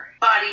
body